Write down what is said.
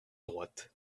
droite